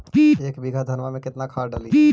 एक बीघा धन्मा में केतना खाद डालिए?